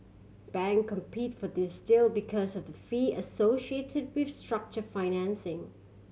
bank compete for these deal because of the fee associated with structure financing